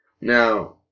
Now